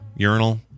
Urinal